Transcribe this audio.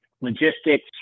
logistics